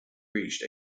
reached